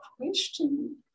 question